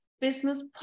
business